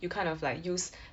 you kind of like use